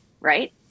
right